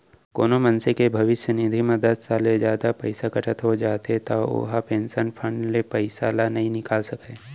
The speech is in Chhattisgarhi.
कोनो मनसे के भविस्य निधि म दस साल ले जादा पइसा कटत हो जाथे त ओ ह पेंसन फंड के पइसा ल नइ निकाल सकय